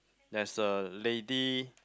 there's a lady